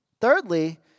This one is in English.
Thirdly